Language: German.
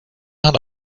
hat